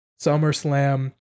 SummerSlam